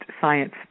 science